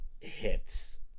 hits